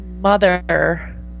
mother